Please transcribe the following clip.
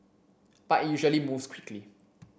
but it usually moves quickly